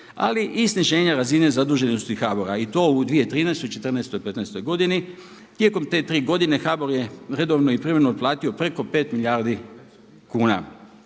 ali i sniženja razine zaduženosti HBOR-a i to u 2013., četrnaestoj i petnaestoj godini. Tijekom te tri godine HBOR je redovno i privremeno otplatio preko 5 milijardi kuna.